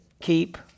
keep